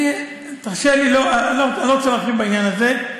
אני, תרשה לי, אני לא רוצה להרחיב בעניין הזה.